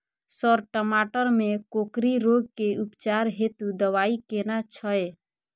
Sir टमाटर में कोकरि रोग के उपचार हेतु दवाई केना छैय?